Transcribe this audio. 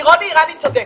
כי רוני אירני צודק.